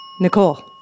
Nicole